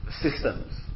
systems